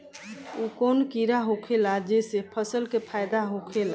उ कौन कीड़ा होखेला जेसे फसल के फ़ायदा होखे ला?